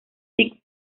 six